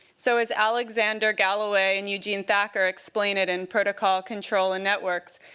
so as alexander galloway and eugene thakkar explain it in protocol control and networks,